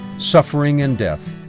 suffering and death,